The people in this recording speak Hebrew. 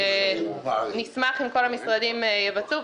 נשמח אם כל המשרדים יבצעו.